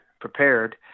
prepared